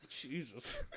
Jesus